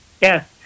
Yes